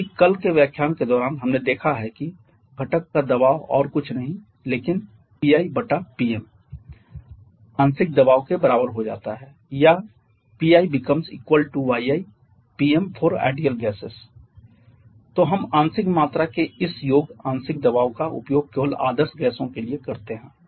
क्योंकि कल के व्याख्यान के दौरान हमने देखा है कि घटक का दबाव और कुछ नहीं है लेकिन PiPm आंशिक दबाव के बराबर हो जाता है या Pi becomes equal to yi Pm for ideal gases तो हम आंशिक मात्रा के इस योग आंशिक दबाव का उपयोग केवल आदर्श गैसों के लिए करते हैं